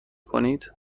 کنید